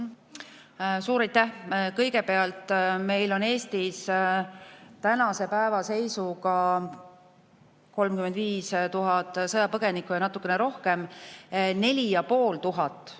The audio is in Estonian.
Suur aitäh! Kõigepealt, meil on Eestis tänase päeva seisuga 35 000 sõjapõgenikku või natukene rohkem. 4500